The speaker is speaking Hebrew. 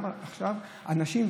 גם עכשיו אנשים,